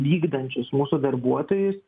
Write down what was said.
vykdančius mūsų darbuotojus